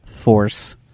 force